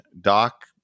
Doc